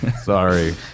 Sorry